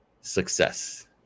success